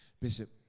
Bishop